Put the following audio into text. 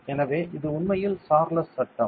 எனவே இது உண்மையில் சார்லஸ் சட்டம்